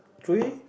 three